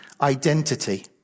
identity